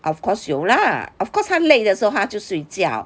of course 有 lah of course 他累的时候他就睡觉